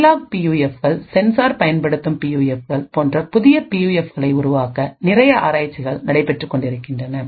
analogue பியூஎஃப்கள் sensor பயன்படுத்தும் பியூஎஃப்கள் போன்ற புதிய பியூஎஃப்களை உருவாக்க நிறைய ஆராய்ச்சிகள் நடைபெற்றுக்கொண்டிருக்கின்றன